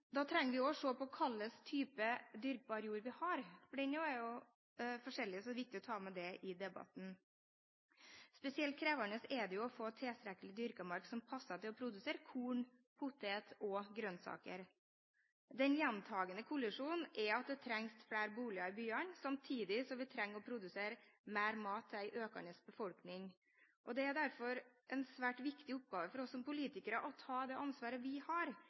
da trenger vi også å se på hva slags type dyrkbar jord vi har. Den er også forskjellig, så det er viktig å ta med det i debatten. Spesielt krevende er det å få tilstrekkelig dyrket mark som passer til å produsere korn, poteter og grønnsaker. Den gjentagende kollisjonen er at det trengs flere boliger i byene, samtidig som vi trenger å produsere mer mat til en økende befolkning. Det er derfor en svært viktig oppgave for oss som politikere å ta det ansvaret vi har